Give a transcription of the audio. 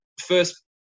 first